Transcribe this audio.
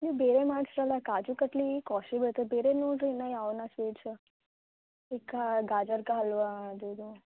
ನೀವು ಬೇರೆ ಮಾಡಿಸ್ರಲ್ಲ ಕಾಜು ಕಟ್ಲೀ ಕ್ವಾಸ್ಟ್ಲಿ ಬೀಳ್ತದೆ ಬೇರೆ ನೋಡಿರಿ ಇನ್ನು ಯಾವನ ಸ್ವೀಟ್ಸ್ ಇದು ಕಾ ಗಜರ್ ಕಾ ಹಲ್ವಾ ಅದು ಇದು